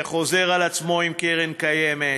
זה חוזר על עצמו עם קרן קיימת,